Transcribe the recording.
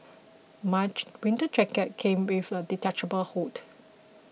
winter jacket came with a detachable hood